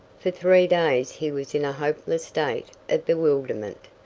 for three days he was in a hopeless state of bewilderment.